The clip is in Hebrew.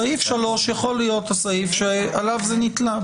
סעיף קטן (3) יכול להיות הסעיף עליו זה נתלה.